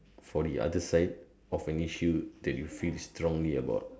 for the other side of an issue that you feel strongly about